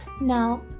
now